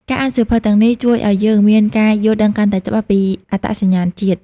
ការអានសៀវភៅទាំងនេះជួយឲ្យយើងមានការយល់ដឹងកាន់តែច្បាស់ពីអត្តសញ្ញាណជាតិ។